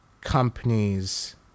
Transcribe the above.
companies